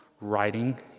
writing